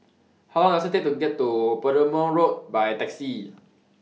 How Long Does IT Take to get to Perumal Road By Taxi